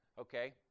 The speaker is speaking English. okay